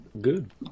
Good